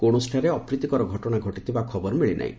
କୌଣସିଠାରେ ଅପ୍ରୀତିକର ଘଟଣା ଘଟିଥିବା ଖବର ମିଳି ନାହିଁ